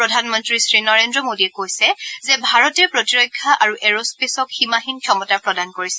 প্ৰধানমন্তী শ্ৰী নৰেন্দ্ৰ মোদীয়ে কৈছে যে ভাৰতে প্ৰতিৰক্ষা আৰু এৰস্পেছক সীমাহীন ক্ষমতা প্ৰদান কৰিছে